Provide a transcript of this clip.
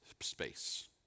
space